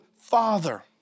Father